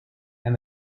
and